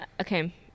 okay